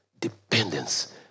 dependence